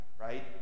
right